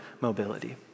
mobility